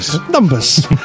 numbers